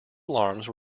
alarms